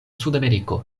sudameriko